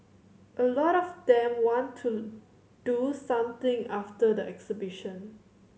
a lot of them want to do something after the exhibition